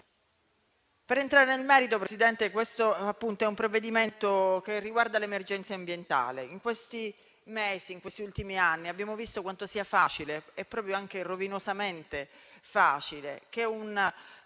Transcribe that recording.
Per entrare nel merito, signor Presidente, questo è un provvedimento che riguarda l'emergenza ambientale. In questi mesi, negli ultimi anni, abbiamo visto quanto sia facile, rovinosamente facile, che un